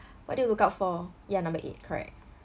what do you look out for ya number eight correct